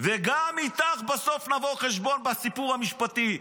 וגם איתך בסוף נבוא חשבון בסיפור המשפטי.